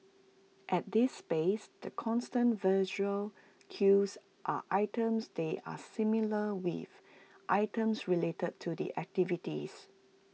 at this space the constant visual cues are items they are familiar with items related to the activities